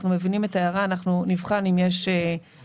אנחנו מבינים את ההערה ונבחן אם יש פתרונות